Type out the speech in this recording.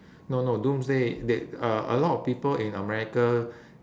no no doomsday they a a lot of people in america